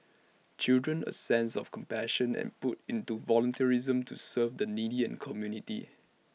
children A sense of compassion and put into volunteerism to serve the needy and community